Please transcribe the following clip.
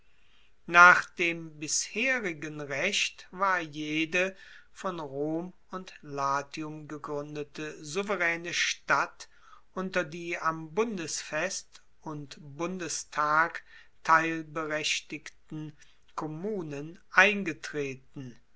nach dem bisherigen recht war jede von rom und latium gegruendete souveraene stadt unter die am bundesfest und bundestag teilberechtigten kommunen eingetreten